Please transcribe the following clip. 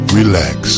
relax